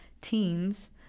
teens